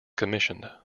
commissioned